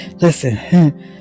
Listen